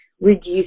reduce